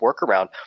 workaround –